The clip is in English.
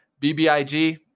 BBIG